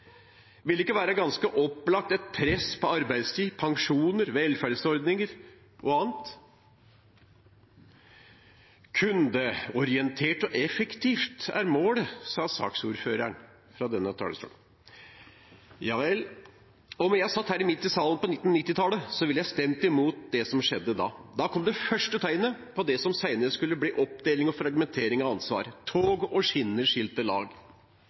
ganske opplagt være et press på arbeidstid, pensjoner, velferdsordninger o.a.? «Kundeorientert og effektiv» er målet, sa saksordføreren fra denne talerstolen. Ja vel – om jeg satt her midt i salen på 1990-tallet, ville jeg stemt imot det som skjedde da. Da kom det første tegnet på det som senere skulle bli oppdeling og fragmentering av ansvar: Tog og skinner skilte lag.